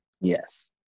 Yes